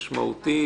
משמעותית.